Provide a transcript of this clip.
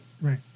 Right